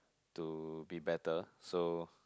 to be better so